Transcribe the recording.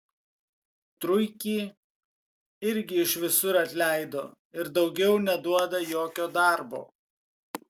truikį irgi iš visur atleido ir daugiau neduoda jokio darbo